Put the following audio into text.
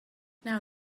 now